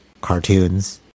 cartoons